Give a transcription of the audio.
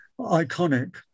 iconic